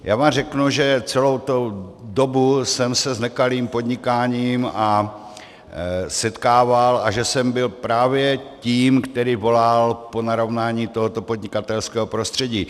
Já vám řeknu, že celou tu dobu jsem se s nekalým podnikáním setkával a že jsem byl právě tím, kdo volal po narovnání tohoto podnikatelského prostředí.